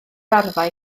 arfau